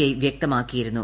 I വ്യക്തമാക്കിയിരുന്നു